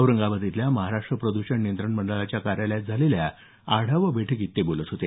औरंगाबाद इथल्या महाराष्ट्र प्रद्षण नियंत्रण मंडळाच्या कार्यालयात झालेल्या आढावा बैठकीत ते बोलत होते